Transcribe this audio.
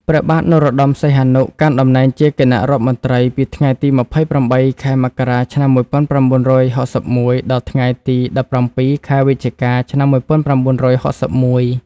ព្រះបាទនរោត្តម សីហនុ កាន់តំណែងជាគណៈរដ្ឋមន្ត្រីពីថ្ងៃទី ២៨ ខែមករា ឆ្នាំ១៩៦១ ដល់ថ្ងៃទី ១៧ ខែវិច្ឆិកា ឆ្នាំ១៩៦១។